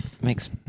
makes